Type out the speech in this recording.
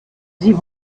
sie